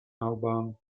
albarn